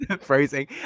Phrasing